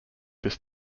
this